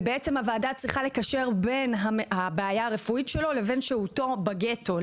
והוועדה צריכה לקשר בין הוועדה הרפואית שלו לבין שהותו בגטו,